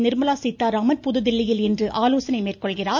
நிர்மலா சீதாராமன் புதுதில்லியில் இன்று ஆலோசனை மேற்கொள்கிறார்